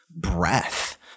breath